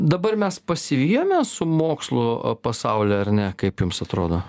dabar mes pasivijome su mokslu pasauly ar ne kaip jums atrodo